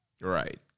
right